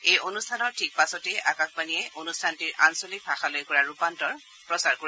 এই অনুষ্ঠানৰ ঠিক পাছতে আকাশবাণীয়ে অনুষ্ঠানটিৰ আঞ্চলিক ভাষালৈ কৰা ৰূপান্তৰ প্ৰচাৰ কৰিব